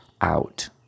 out